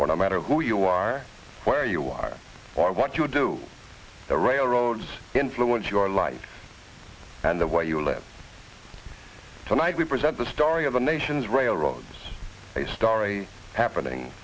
for no matter who you are where you are or what you do the railroads influence your life and the way you lips tonight we present the story of the nation's railroads a story happening